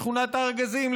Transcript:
לשכונות הארגזים,